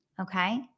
okay